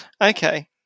Okay